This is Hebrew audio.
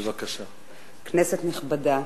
כנסת נכבדה,